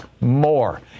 more